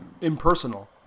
Impersonal